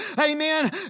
amen